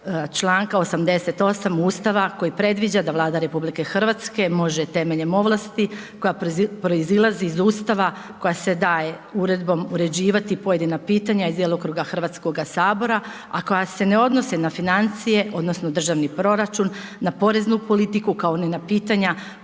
članka 88. Ustava koji predviđa da Vlada RH može temeljem ovlasti koja proizilazi iz Ustava koja se daje uredbom uređivati pojedina pitanja iz djelokruga Hrvatskoga sabora, a koja se ne odnose na financije odnosno državni proračun, na poreznu politiku kao ni na pitanja